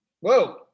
Whoa